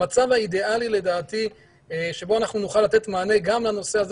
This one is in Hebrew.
המצב האידיאלי לדעתי שבו אנחנו נוכל לתת מענה גם לנושא הזה